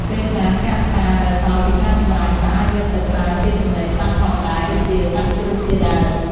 ពេលខ្លះ កាកស្រាដែលសល់ពីការចម្រាញ់ក៏អាចយកទៅប្រើជាចំណីសត្វផងដែរ ដូចជាសត្វជ្រូកជាដើម។